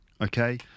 Okay